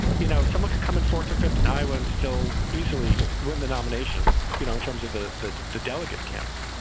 you know, someone could come in fourth or fifth in iowa and still easily win the nomination you know, in terms of the the delegate count,